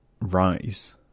rise